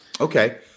Okay